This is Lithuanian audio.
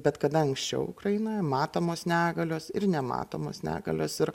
bet kada anksčiau ukrainoje matomos negalios ir nematomos negalios ir